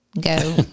go